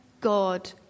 God